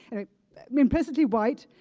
and i mean implicitly white,